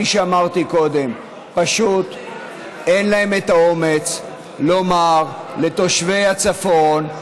כפי שאמרתי קודם: פשוט אין להם את האומץ לומר לתושבי הצפון: